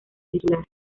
titular